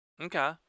Okay